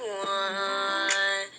one